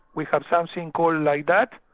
we had something called like that.